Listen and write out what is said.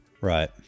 Right